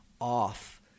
off